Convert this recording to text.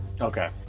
Okay